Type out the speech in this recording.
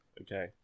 okay